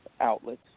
outlets